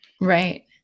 Right